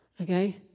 Okay